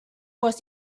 was